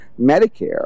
Medicare